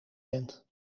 bent